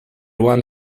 one